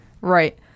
right